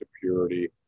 purity